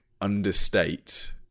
understate